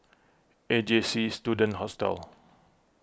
A J C Student Hostel